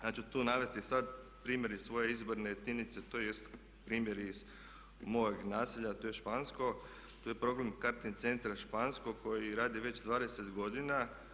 Ja ću tu navesti primjer iz svoje izborne jedince, tj. primjer iz mojeg naselja, to je Špansko, tu je problem Karting centar Špansko koji radi već 20 godina.